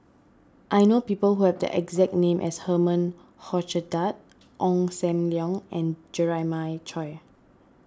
I know people who have the exact name as Herman Hochstadt Ong Sam Leong and Jeremiah Choy